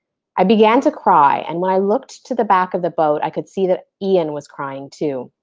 i began to cry and when i looked to the back of the boat, i could see that ian was crying, too.